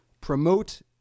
promote